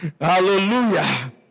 Hallelujah